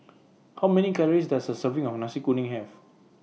How Many Calories Does A Serving of Nasi Kuning Have